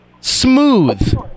smooth